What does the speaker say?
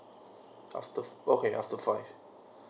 after okay after five